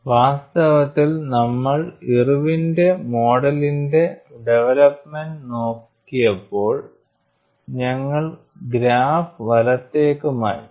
വാസ്തവത്തിൽ നമ്മൾ ഇർവിന്റെ മോഡലിന്റെIrwin's model ഡെവലപ്മെൻറ് നോക്കിയപ്പോൾ ഞങ്ങൾ ഗ്രാഫ് വലത്തേക്ക് മാറ്റി